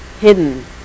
hidden